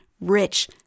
rich